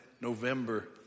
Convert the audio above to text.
November